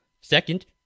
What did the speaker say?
Second